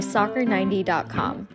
Soccer90.com